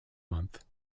month